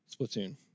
Splatoon